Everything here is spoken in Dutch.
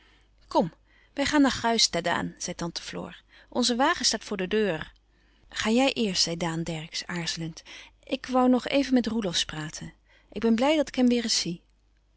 kom wij gaan naar ghuis ddaan zei tante floor onze wagen staat voor de deurrr ga jij eerst zei daan dercksz aarzelend ik woû nog even met roelofsz praten ik ben blij dat ik hem weêr eens zie